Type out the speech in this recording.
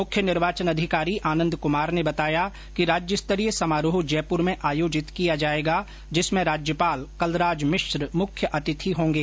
मुख्य निर्वाचन अधिकारी आनन्द क्मार ने बताया कि राज्य स्तरीय समारोह जयपुर में आयोजित किया जायेगा जिसमें राज्यपाल कलराज मिश्र मुख्य अतिथि होंगे